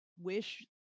wish